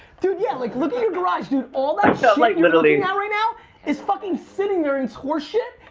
dude yeah, like look at your garage, dude. all that shit so like you're looking at right now is fucking sitting there and it's horse shit,